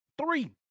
Three